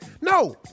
no